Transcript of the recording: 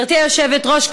היושבת-ראש,